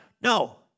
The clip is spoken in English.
No